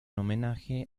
homenaje